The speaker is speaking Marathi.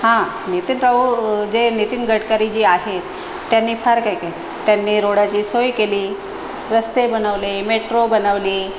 हा नेते तर जे नितीन गडकरी जे आहे त्यांनी फार काही केलं त्यांनी रोडाची सोय केली रस्ते बनवले मेट्रो बनवली